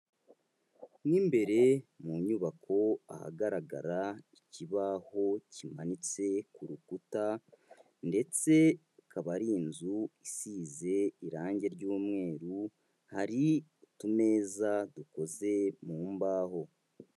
Mo imbere mu nyubako ahagaragara ikibaho kimanitse ku rukuta ndetse ikaba ari inzu isize irange ry'umweru, hari utumeza dukoze mu mbaho.